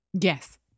Yes